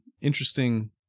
interesting